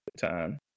time